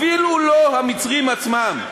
אפילו לא המצרים עצמם.